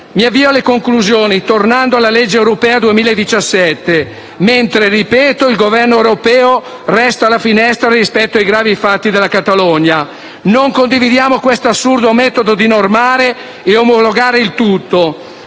Mi avvio alle conclusioni, tornando alla legge europea 2017, mentre - ripeto - il governo europeo resta alla finestra rispetto ai gravi fatti della Catalogna. Non condividiamo questo assurdo metodo di normare e omologare il tutto,